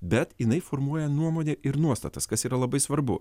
bet jinai formuoja nuomonę ir nuostatas kas yra labai svarbu